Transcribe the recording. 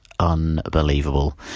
Unbelievable